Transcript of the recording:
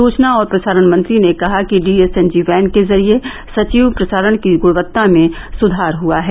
सूचना और प्रसारण मंत्री ने कहा कि डीएसएनजी वैन के जरिये सजीव प्रसारण की गुणवत्ता में सुधार हुआ है